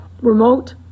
Remote